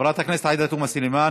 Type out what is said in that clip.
חברת הכנסת עאידה תומא סלימאן,